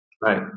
Right